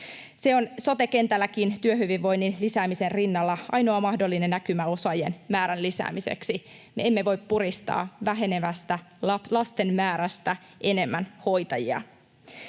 Se on sote-kentälläkin työhyvinvoinnin lisäämisen rinnalla ainoa mahdollinen näkymä osaajien määrän lisäämiseksi. Me emme voi puristaa vähenevästä lasten määrästä enemmän hoitajia.